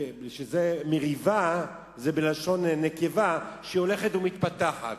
כשזה מריבה זה בלשון נקבה, שהולכת ומתפתחת.